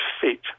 feet